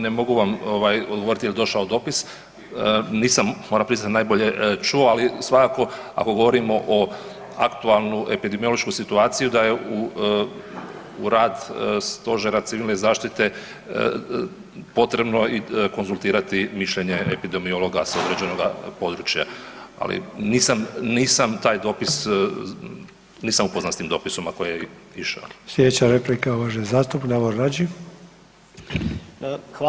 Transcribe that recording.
Ne mogu vam odgovoriti ovaj je došao dopis nisam moram priznati najbolje čuo, ali svakako ako govorimo o aktualnoj epidemiološku situaciju da je u rad stožera civilne zaštite potrebno i konzultirati mišljenje epidemiologa sa određenoga područja ali nisam taj dopis, nisam upoznat s tim dopisom ako je išao.